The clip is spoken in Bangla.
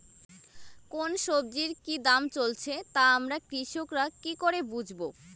কোন সব্জির কি দাম চলছে তা আমরা কৃষক রা কি করে বুঝবো?